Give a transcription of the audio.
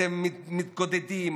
אתם מתקוטטים,